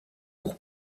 pour